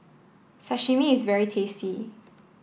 Sashimi is very tasty